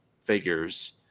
figures